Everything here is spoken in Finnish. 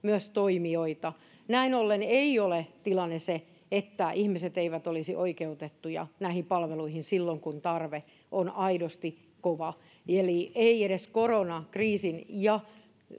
toimijoita näin ollen tilanne ei ole se että ihmiset eivät olisi oikeutettuja näihin palveluihin silloin kun tarve on aidosti kova eli edes koronakriisin ja